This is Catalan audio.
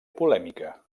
polèmica